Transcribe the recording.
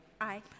Aye